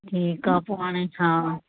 ठीकु आहे पोइ हाणे छा